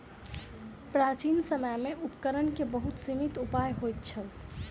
प्राचीन समय में उपकरण के बहुत सीमित उपाय होइत छल